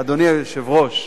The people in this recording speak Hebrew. אדוני היושב-ראש.